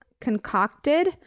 concocted